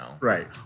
Right